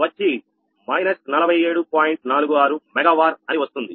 46 megawatt అని వస్తుంది